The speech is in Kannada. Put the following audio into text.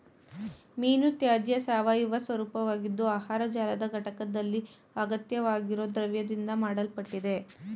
ಮೀನುತ್ಯಾಜ್ಯ ಸಾವಯವ ಸ್ವರೂಪವಾಗಿದ್ದು ಆಹಾರ ಜಾಲದ ಘಟಕ್ದಲ್ಲಿ ಅಗತ್ಯವಾಗಿರೊ ದ್ರವ್ಯದಿಂದ ಮಾಡಲ್ಪಟ್ಟಿದೆ